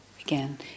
again